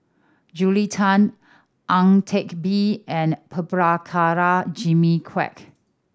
Julia Tan Ang Teck Bee and Prabhakara Jimmy Quek